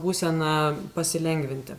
būseną pasilengvinti